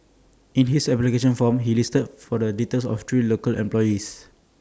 in his application form he listed for the details of three local employees